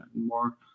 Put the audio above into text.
more